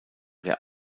der